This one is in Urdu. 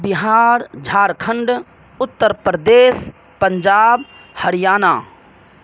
بہار جھارکھنڈ اتر پردیش پنجاب ہریانہ